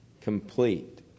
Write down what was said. complete